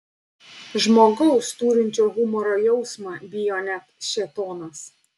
žmogaus turinčio humoro jausmą bijo net šėtonas